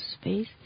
space